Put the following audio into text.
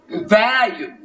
value